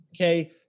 okay